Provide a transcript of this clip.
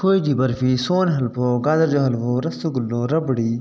खोए जी बर्फ़ी सोन हलवो गाजर जो हलवो रसगुल्लो रॿिड़ी